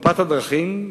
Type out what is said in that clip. מפת הדרכים.